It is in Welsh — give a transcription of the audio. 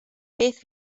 beth